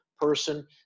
person